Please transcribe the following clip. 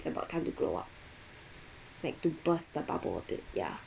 it's about time to grow up like to burst the bubble a bit ya